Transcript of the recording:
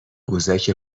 قوزک